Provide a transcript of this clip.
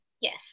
yes